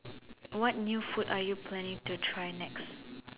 what new food are you planning to try next